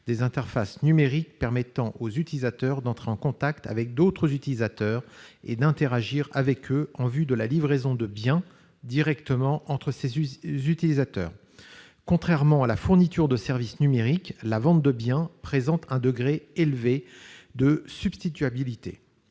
des interfaces numériques permettant aux utilisateurs d'entrer en contact avec d'autres utilisateurs et d'interagir en vue de la livraison de biens directement entre eux. Contrairement à la fourniture de services numériques, la vente de biens présente un degré élevé de substituabilité.